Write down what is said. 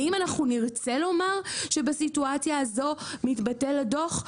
האם אנחנו נרצה לומר שבסיטואציה הזאת מתבטל הדוח?